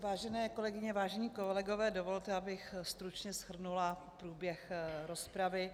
Vážené kolegyně, vážení kolegové, dovolte, abych stručně shrnula průběh rozpravy.